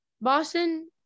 Boston